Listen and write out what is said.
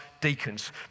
deacons